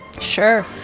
Sure